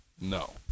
No